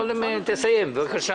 משה ברקת, קודם תסיים, בבקשה.